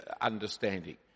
understanding